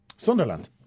Sunderland